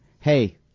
hey